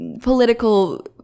political